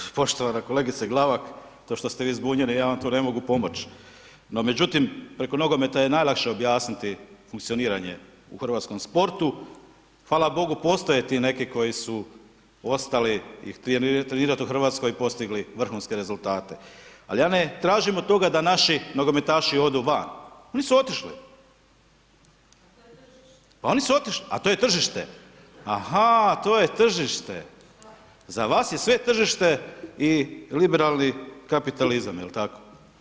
Zahvaljujem, poštovana kolegice Glavak, to što ste vi zbunjeni ja vam tu ne mogu pomoć, no međutim preko nogometa je najlakše objasniti funkcioniranje u hrvatskom sportu, hvala bogu postoje ti neki koji su ostali i htjeli trenirat u Hrvatskoj i postigli vrhunske rezultate, ali ja ne tražim od toga da naši nogometaši odu van, oni su otišli, pa oni su otišli, a to je tržište, aha to je tržište, za vas je sve tržište i liberalni kapitalizam, jel tako.